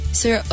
sir